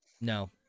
No